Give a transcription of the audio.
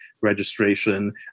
registration